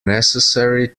necessary